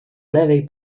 lewej